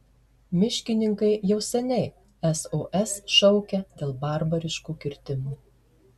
miškininkai jau seniai sos šaukia dėl barbariškų kirtimų